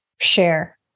share